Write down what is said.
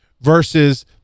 versus